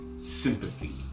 sympathy